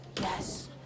Yes